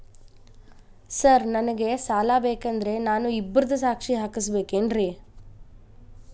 Sir ನನಗೆ ಸಾಲ ಬೇಕಂದ್ರೆ ನಾನು ಇಬ್ಬರದು ಸಾಕ್ಷಿ ಹಾಕಸಬೇಕೇನ್ರಿ?